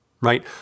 Right